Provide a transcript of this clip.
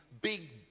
big